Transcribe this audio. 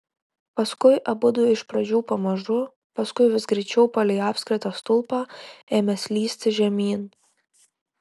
paskui abudu iš pradžių pamažu paskui vis greičiau palei apskritą stulpą ėmė slysti žemyn